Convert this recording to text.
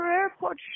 airport